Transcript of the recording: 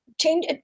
change